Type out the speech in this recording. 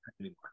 anymore